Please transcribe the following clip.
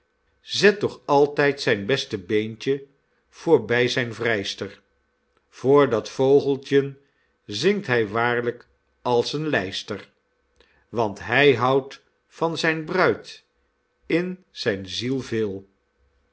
zet toch altijd zijn beste beentjen voor bij zijn vrijster voor dat vogeltjen zingt hy waarlijk als een lijster want hy houdt van zijn bruid in zijn ziel veel